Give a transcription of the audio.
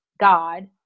God